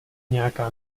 nějaká